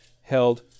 held